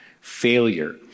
failure